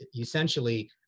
essentially